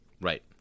Right